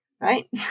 right